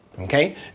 Okay